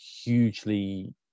hugely